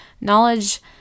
knowledge